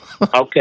okay